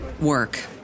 work